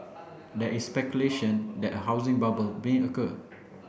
there is speculation that a housing bubble may occur